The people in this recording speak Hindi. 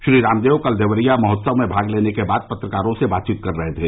श्री रामदेव कल देवरिया महोत्सव में भाग लेने के बाद पत्रकारों से बात कर रहे थे